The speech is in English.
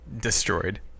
destroyed